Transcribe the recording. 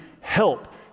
help